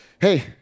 hey